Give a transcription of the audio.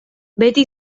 beti